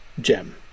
gem